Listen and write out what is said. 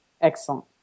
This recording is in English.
Excellent